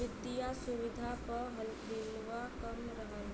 वित्तिय सुविधा प हिलवा कम रहल